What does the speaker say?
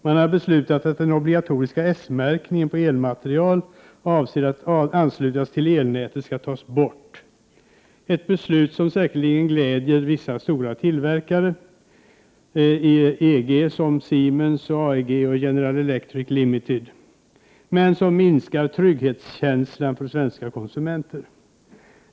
Man har beslutat att den obligatoriska S-märkningen på elmaterial avsedd att anslutas till elnätet skall tas bort, ett beslut som säkerligen gläder vissa stora tillverkare inom EG, t.ex. Siemens, AEG, General Electric Ltd, etc., men som minskar trygghetskänslan för svenska konsumenter.